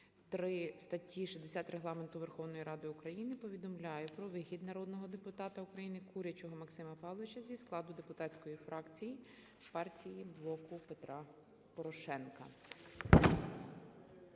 ІІІ статті 63 Регламенту Верховної Ради України повідомляю про вихід народного депутата України Курячого Максима Павловича зі складу депутатської фракції партії "Блоку Петра Порошенка".